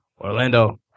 Orlando